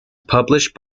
published